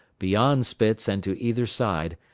beyond spitz and to either side,